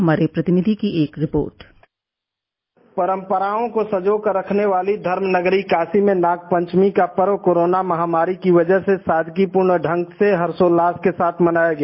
हमारे प्रतिनिधि की एक रिपोर्ट परंपराओं को संजोकर रखने वाली धर्म नगरी काशी में नागपंचमी का पर्व कोरोना महामारी की वजह से सादगीपूर्ण ढंग से हर्षोल्लास के साथ मनाया गया